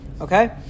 Okay